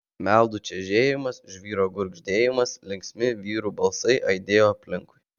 meldų čežėjimas žvyro gurgždėjimas linksmi vyrų balsai aidėjo aplinkui